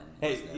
Hey